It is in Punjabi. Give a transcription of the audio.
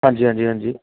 ਹਾਂਜੀ ਹਾਂਜੀ ਹਾਂਜੀ